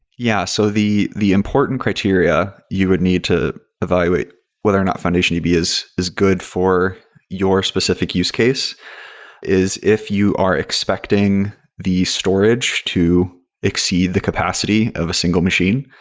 yeah. so the the important criteria you would need to evaluate whether or not foundationdb is is good for your specific use case is if you are expecting the storage to exceed the capacity of a single machine.